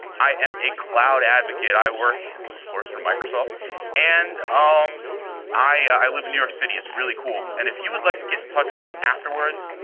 i am a cloud advocate, i work of course for microsoft and um i i live in new york city, it's really cool. and if you'd like to get in touch with me afterwards,